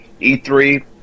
E3